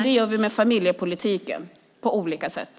Det gör vi med familjepolitiken på olika sätt.